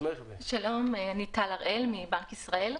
אני מבנק ישראל.